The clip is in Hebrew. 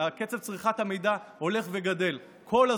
קצב צריכת המידע הולך וגדל כל הזמן,